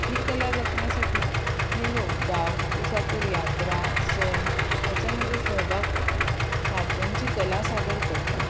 ही कला जपण्यासाठी हे लोक गाव कुसातील यात्रा सण याच्यामध्ये सहभाग देतात सा त्यांची कला सादर करतात